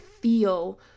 feel